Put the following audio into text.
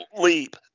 leap